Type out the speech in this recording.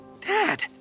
Dad